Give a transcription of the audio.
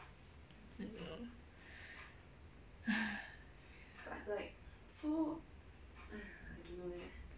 I don't know